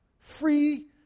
Free